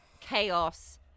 chaos